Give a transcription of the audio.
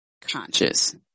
conscious